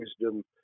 wisdom